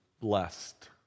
blessed